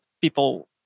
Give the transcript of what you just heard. people